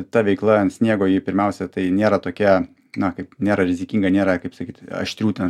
ta veikla ant sniego ji pirmiausia tai nėra tokia na kaip nėra rizikinga nėra kaip sakyt aštrių ten